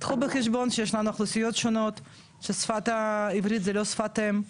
קחו בחשבון שישנן אוכלוסיות שונות ששפת העברית זה לא שפת אם,